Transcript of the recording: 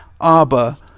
Abba